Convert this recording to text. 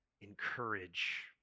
encourage